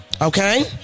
Okay